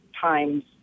times